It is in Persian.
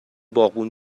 باغبون